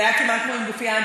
זה היה כמעט כמו עם גופייה.